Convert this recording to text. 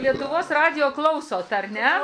lietuvos radijo klausot ar ne